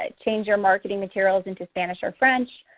ah change your marketing materials into spanish or french.